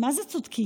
הם מה-זה צודקים.